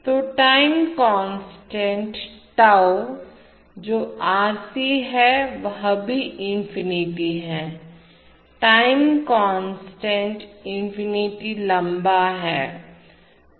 तो time constant tauताऊ जो RC है वह भी इंफिनिटी है टाइम कांस्टेंट इंफिनिटी लंबा है